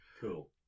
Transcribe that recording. cool